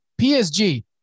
PSG